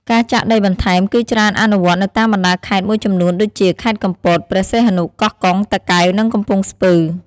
ការចាក់ដីបន្ថែមគឺច្រើនអនុវត្តន៍នៅតាមបណ្តាខេត្តមួយចំនួនដូចជា ខេត្តកំពត ព្រះសីហនុ កោះកុង តាកែវ និងកំពង់ស្ពឺ។